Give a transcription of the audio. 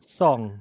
song